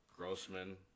Grossman